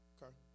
Okay